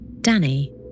Danny